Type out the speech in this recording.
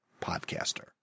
podcaster